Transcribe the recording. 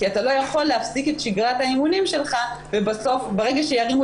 כי אתה לא יכול להפסיק את שגרת האימונים שלך ובסוף ברגע שירימו